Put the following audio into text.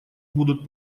будут